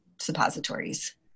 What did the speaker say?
suppositories